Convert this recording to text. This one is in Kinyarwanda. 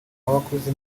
abakuze